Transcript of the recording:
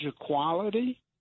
equality